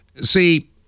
See